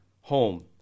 home